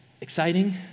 exciting